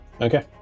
Okay